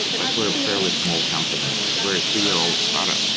like we're a fairly small company. like we're a three-year-old startup,